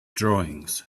drawings